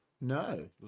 No